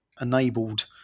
enabled